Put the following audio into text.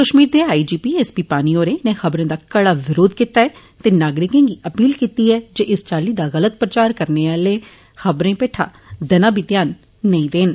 कश्मीर दे I G P S P Pani होरें इनें खबरें दा कड़ा विरोध कीता ऐ ते नागरिकें गी अपील कीती ऐ जे इस चाल्ली दा गलत प्रचार करने आली खबरें पेठा दना बी ध्यान नेंई देन